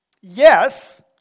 yes